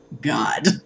God